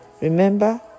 Remember